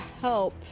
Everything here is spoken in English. help